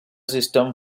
system